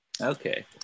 okay